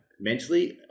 mentally